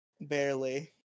barely